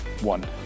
one